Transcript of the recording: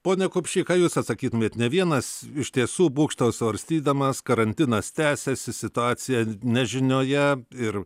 pone kupšy ką jūs atsakytumėt ne vienas iš tiesų būgštauja svarstydamas karantinas tęsiasi situacija nežinioje ir